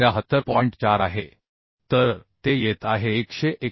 4 आहे तर ते येत आहे 191